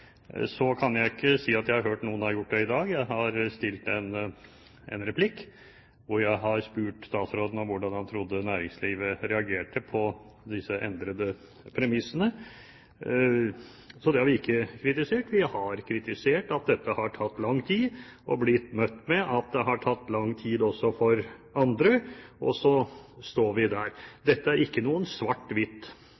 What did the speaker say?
kan jeg ikke si at jeg har hørt noen har gjort det i dag. Jeg har hatt en replikk, hvor jeg har spurt statsråden om hvordan han trodde næringslivet reagerte på disse endrede premissene. Så det har vi ikke kritisert. Vi har kritisert at dette har tatt lang tid, og blitt møtt med at det har tatt lang tid også for andre. Og så står vi der.